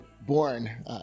born